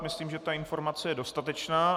Myslím, že ta informace je dostatečná.